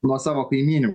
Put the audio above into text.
nuo savo kaimynių